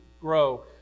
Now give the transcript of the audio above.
grow